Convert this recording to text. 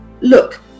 Look